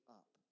up